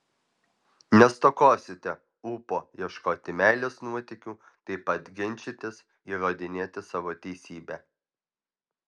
nestokosite ūpo ieškoti meilės nuotykių taip pat ginčytis įrodinėti savo teisybę